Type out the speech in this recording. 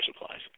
supplies